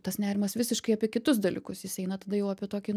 tas nerimas visiškai apie kitus dalykus jis eina tada jau apie tokį